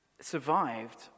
survived